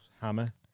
Hammer